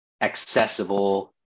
accessible